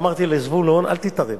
ואמרתי לזבולון: אל תתערב,